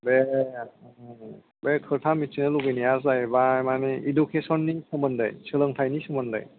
बे बे खोथा मिथिनो लुबैनाया जाहैबाय मानि इडुकेसननि सोमोन्दै सोलोंथाइनि सोमोन्दै